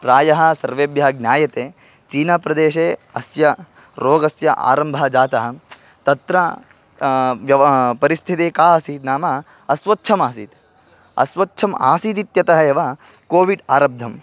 प्रायः सर्वेभ्यः ज्ञायते चीनाप्रदेशे अस्य रोगस्य आरम्भः जातः तत्र व्यव परिस्थितिः का आसीत् नाम अस्वच्छम् आसीत् अस्वच्छम् आसीद् इत्यतः एव कोविड् आरब्धम्